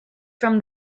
from